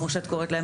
כמו שאת קוראת להם,